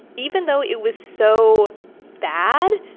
even though it was so bad,